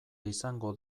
izango